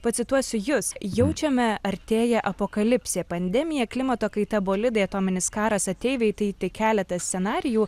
pacituosiu jus jaučiame artėja apokalipsė pandemija klimato kaita bolidai atominis karas ateiviai tai tik keletas scenarijų